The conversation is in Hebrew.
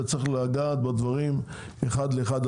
וצריך לגעת בדברים אחד לאחד,